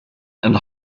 and